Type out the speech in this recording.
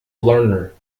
lerner